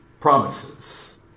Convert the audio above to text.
promises